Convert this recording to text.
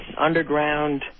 underground